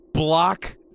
block